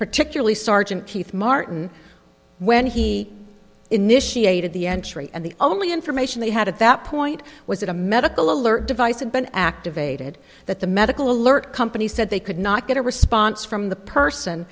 particularly sergeant keith martin when he initiated the entry and the only information they had at that point was that a medical alert device had been activated that the medical alert company said they could not get a response from the person